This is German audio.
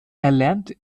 erlernte